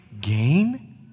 gain